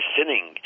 sinning